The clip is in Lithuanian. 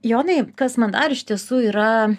jonai kas man dar iš tiesų yra